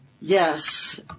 Yes